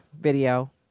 video